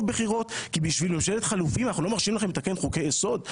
בחירות כי בשביל ממשלת חילופין אנחנו לא מרשים לכם לתקן חוקי יסוד?